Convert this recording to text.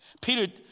Peter